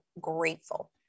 grateful